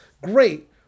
great